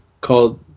called